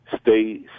stay